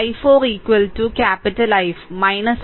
i4 അല്ലെങ്കിൽ capital i4